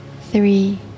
three